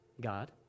God